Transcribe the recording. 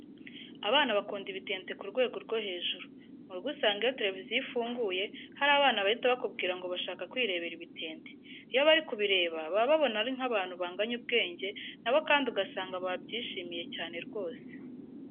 Abana bakunda ibitente ku rwego rwo hejuru. Mu rugo usanga iyo televiziyo ifunguye hari abana bahita bakubwira ngo bashaka kwirebera ibitente. Iyo bari kubireba baba babona ari nk'abantu banganya ubwenge na bo kandi ugasanga babyishimiye cyane rwose.